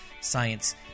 science